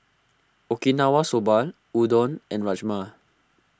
Okinawa Soba Udon and Rajma